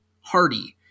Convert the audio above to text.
Hardy